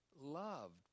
loved